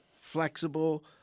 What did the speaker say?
flexible